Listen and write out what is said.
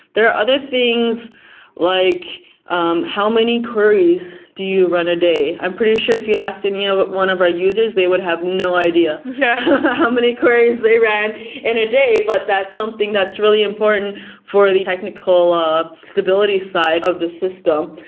there are other things like um how many queries do you a day? i'm pretty sure if you ask and you know but one of our users, they would have no idea yeah how many queries they ran in a day, but that something that's really important for the technical ah stability side of the system.